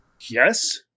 Yes